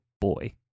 boy